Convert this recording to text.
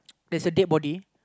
there's a dead body